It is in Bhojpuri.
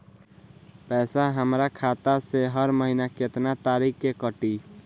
पैसा हमरा खाता से हर महीना केतना तारीक के कटी?